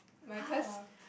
!how!